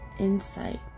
Insight